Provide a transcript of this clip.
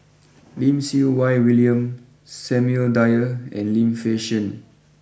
Lim Siew Wai William Samuel Dyer and Lim Fei Shen